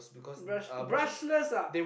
brush brushless ah